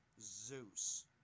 Zeus